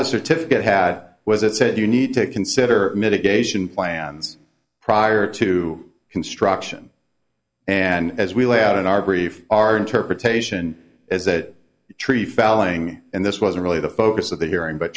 the certificate had was it said you need to consider mitigation plans prior to construction and as we lay out in our grief our interpretation is that tree falling and this wasn't really the focus of the hearing but